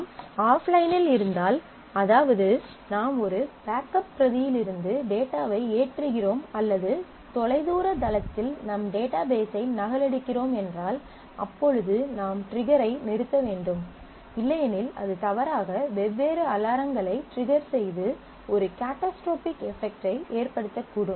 நாம் ஆஃப்லைனில் இருந்தால் அதாவது நாம் ஒரு பேக்கப் பிரதியிலிருந்து டேட்டாவை ஏற்றுகிறோம் அல்லது தொலைதூரதளத்தில் நம் டேட்டாபேஸ் ஐ நகலெடுக்கிறோம் என்றால் அப்பொழுது நாம் ட்ரிகர் ஐ நிறுத்த வேண்டும் இல்லையெனில் அது தவறாக வெவ்வேறு அலாரங்களை ட்ரிகர் செய்து ஒரு கேட்டாஸ்ட்ரோபிக் எபெக்ட் ஐ ஏற்படுத்தக்கூடும்